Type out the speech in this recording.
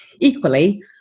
equally